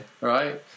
right